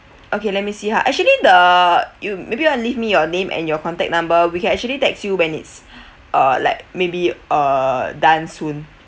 okay let me see ha actually the you maybe you leave me your name and your contact number we can actually text you when it's uh like maybe uh done soon